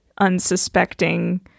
unsuspecting